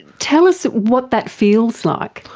tell us what that feels like.